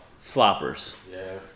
Floppers